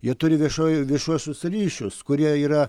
jie turi viešoji viešuosius ryšius kurie yra